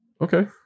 Okay